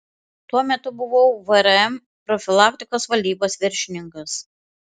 tuo metu buvau vrm profilaktikos valdybos viršininkas